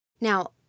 Now